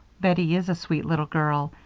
bettie is a sweet little girl,